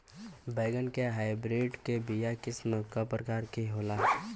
बैगन के हाइब्रिड के बीया किस्म क प्रकार के होला?